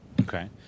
Okay